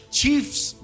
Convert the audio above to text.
chief's